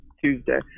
Tuesday